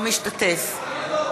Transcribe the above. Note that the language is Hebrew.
משתתף מה לא?